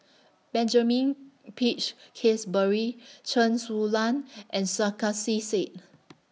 Benjamin Peach Keasberry Chen Su Lan and Sarkasi Said